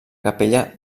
capella